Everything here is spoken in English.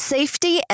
Safety